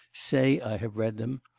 say i have read them.